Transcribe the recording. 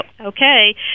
Okay